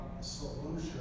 solution